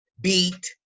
beat